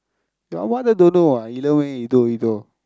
that one also don't know ah